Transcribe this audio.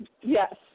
Yes